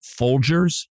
Folgers